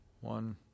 one